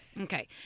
Okay